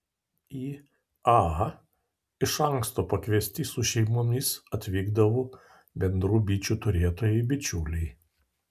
į a iš anksto pakviesti su šeimomis atvykdavo bendrų bičių turėtojai bičiuliai